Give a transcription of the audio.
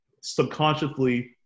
subconsciously